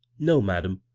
no, madam.